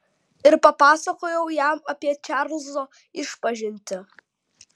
ir papasakojau jam apie čarlzo išpažintį